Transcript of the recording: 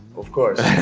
of course.